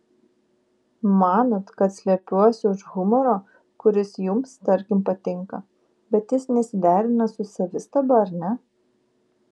manot kad slepiuosi už humoro kuris jums tarkim patinka bet jis nesiderina su savistaba ar ne